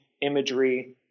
imagery